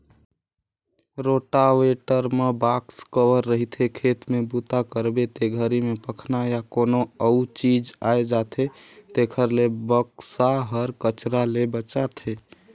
rotavator म box cover रहिथे, खेत में बूता करबे ते घरी में पखना या कोनो अउ चीज आये जाथे तेखर ले बक्सा हर कचरा ले बचाथे